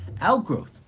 outgrowth